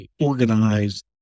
organized